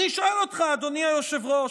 אני שואל אותך, אדוני היושב-ראש: